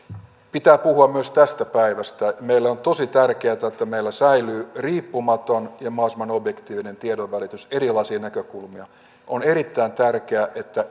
pitää puhua myös tästä päivästä meille on tosi tärkeätä että meillä säilyy riippumaton ja mahdollisimman objektiivinen tiedonvälitys erilaisia näkökulmia on erittäin tärkeää että